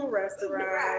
restaurant